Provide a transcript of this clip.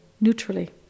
neutrally